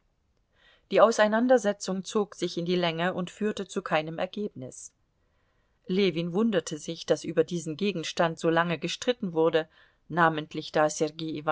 die auseinandersetzung zog sich in die länge und führte zu keinem ergebnis ljewin wunderte sich daß über diesen gegenstand so lange gestritten wurde namentlich da